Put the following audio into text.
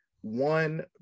one